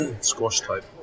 squash-type